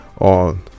on